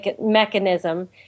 mechanism